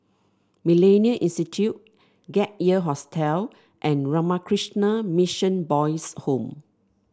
MillenniA Institute Gap Year Hostel and Ramakrishna Mission Boys' Home